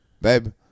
Baby